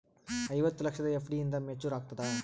ಐವತ್ತು ಲಕ್ಷದ ಎಫ್.ಡಿ ಎಂದ ಮೇಚುರ್ ಆಗತದ?